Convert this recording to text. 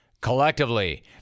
Collectively